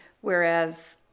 Whereas